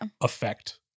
affect